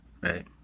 Right